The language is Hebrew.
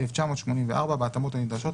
בהתאמות הנדרשות,